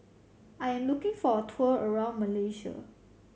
I am looking for a tour around Malaysia